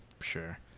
sure